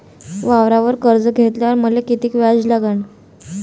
वावरावर कर्ज घेतल्यावर मले कितीक व्याज लागन?